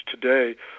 today